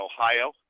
Ohio